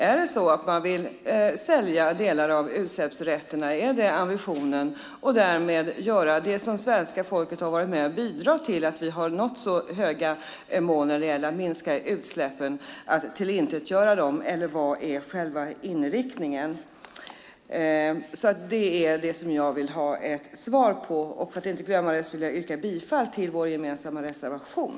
Är ambitionen att sälja delar av utsläppsrätterna och därmed omintetgöra det som svenska folket har varit med och bidragit till, nämligen att vi har nått så höga mål när det gäller att minska utsläppen? Eller vad är själva inriktningen? Det vill jag ha ett svar på. Jag yrkar bifall till vår gemensamma reservation.